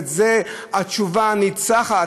וזו התשובה הניצחת,